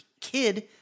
kid